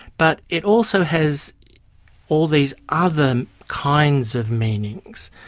but it also has all these other kinds of meanings,